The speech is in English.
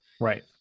Right